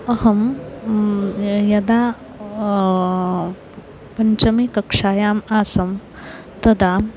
अहं यदा पञ्चमकक्षायाम् आसं तदा